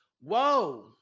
Whoa